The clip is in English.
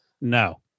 No